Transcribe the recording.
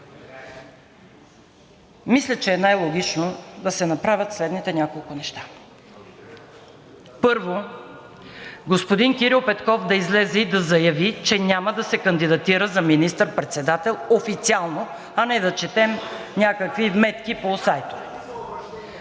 Мисля, че е най-логично да се направят следните няколко неща. Първо, господин Кирил Петков да излезе и да заяви, че няма да се кандидатира за министър-председател официално, а не да четем някакви вметки по сайтовете.